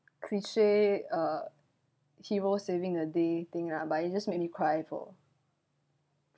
cliche uh hero saving the day thing lah but it just made me cry for